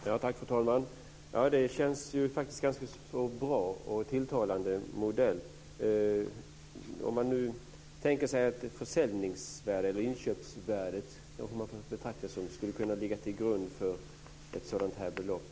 Fru talman! Det känns som en bra och tilltalande modell. Har det existerat några tankar i utredningen om att tänka sig att inköpsvärdet ska ligga till grund för ett sådant belopp?